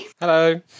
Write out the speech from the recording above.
Hello